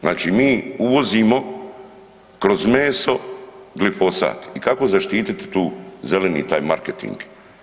Znači mi uvozimo kroz meso glifosat i kako zaštititi tu zeleni taj marketing?